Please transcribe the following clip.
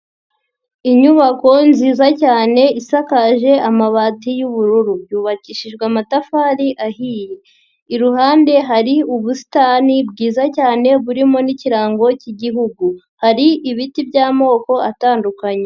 Inyubako nziza cyane isakaje amabati y'ubururu. Yubakishijwe amatafari ahiye. Iruhande hari ubusitani bwiza cyane burimo n'ikirango k'igihugu. Hari ibiti by'amoko atandukanye.